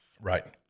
Right